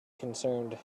concerned